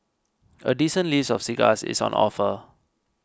a decent list of cigars is on offer